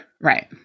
Right